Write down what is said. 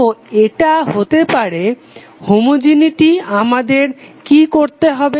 তো এটা হতে পারে হোমোজেনেটি আমাদের কি করতে হবে